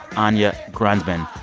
anya grundmann.